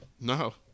No